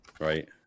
right